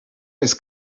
jest